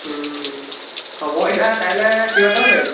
হ'ব এতিয়া কাইলৈ কিমান টাইমত যাবি